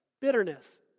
bitterness